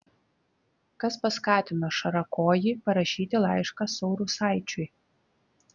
kas paskatino šarakojį parašyti laišką saurusaičiui